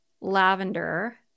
lavender